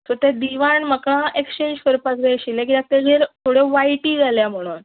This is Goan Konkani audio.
सो तें दिवान म्हाका एक्सचेंज करपाक जाय आशिल्ले कित्याक ताचेर थोड्यो वायटी जाल्या म्हणून